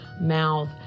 mouth